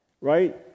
right